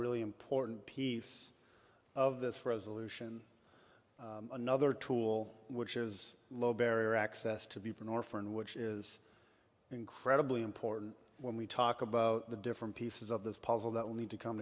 really important piece of this resolution another tool which is low barrier access to beeping or for and which is incredibly important when we talk about the different pieces of this puzzle that we need to come